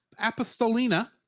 Apostolina